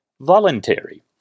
voluntary